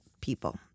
people